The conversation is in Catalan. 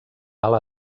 ala